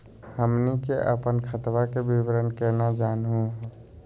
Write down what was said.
हमनी के अपन खतवा के विवरण केना जानहु हो?